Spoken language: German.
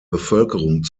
bevölkerung